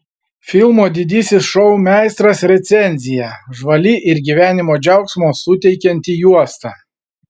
filmo didysis šou meistras recenzija žvali ir gyvenimo džiaugsmo suteikianti juosta